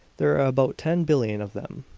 there are about ten billion of them.